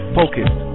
focused